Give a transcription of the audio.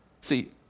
See